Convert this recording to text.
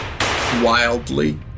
wildly